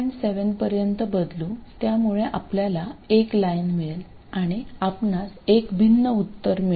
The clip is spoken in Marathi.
7V पर्यंत बदलू त्यामुळे आपल्याला एक लाईन मिळेल आणि आपणास एक भिन्न उत्तर मिळेल